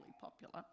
popular